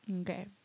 Okay